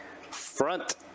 front